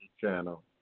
Channel